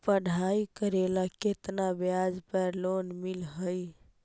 पढाई करेला केतना ब्याज पर लोन मिल हइ?